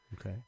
Okay